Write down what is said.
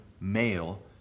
male